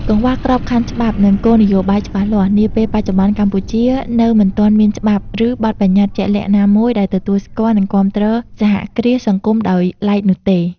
កង្វះក្របខ័ណ្ឌច្បាប់ និងគោលនយោបាយច្បាស់លាស់ នាពេលបច្ចុប្បន្នកម្ពុជានៅមិនទាន់មានច្បាប់ ឬបទប្បញ្ញត្តិជាក់លាក់ណាមួយដែលទទួលស្គាល់ និងគាំទ្រសហគ្រាសសង្គមដោយឡែកនោះទេ ។